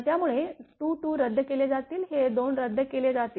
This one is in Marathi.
त्यामुळे 2 2 रद्द केले जातील हे 2 रद्द केले जातील